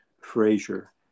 Frazier